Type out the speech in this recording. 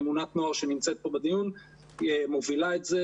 ממונת נוער שנמצאת פה בדיון מובילה את זה